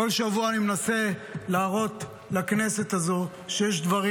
בכל שבוע אני מנסה להראות לכנסת הזאת שיש דברים